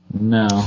No